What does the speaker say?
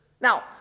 Now